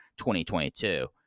2022